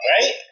Right